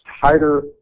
tighter